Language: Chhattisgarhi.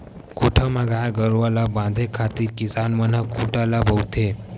कोठा म गाय गरुवा ल बांधे खातिर किसान मन ह खूटा ल बउरथे